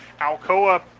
alcoa